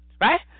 right